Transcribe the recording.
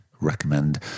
recommend